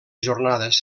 jornades